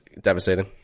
devastating